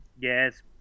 Yes